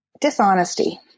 Dishonesty